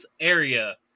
area